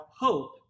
hope